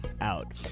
out